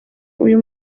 uyu